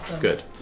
Good